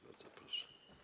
Bardzo proszę.